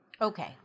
Okay